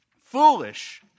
foolish